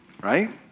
right